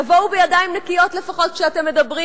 תבואו בידיים נקיות לפחות, כשאתם מדברים.